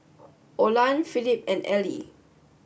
Olan Philip and Elie